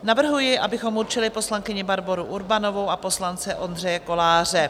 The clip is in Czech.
Navrhuji, abychom určili poslankyni Barboru Urbanovou a poslance Ondřeje Koláře.